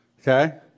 okay